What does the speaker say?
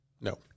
No